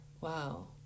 Wow